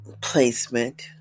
placement